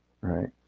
right